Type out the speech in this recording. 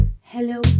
hello